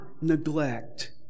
neglect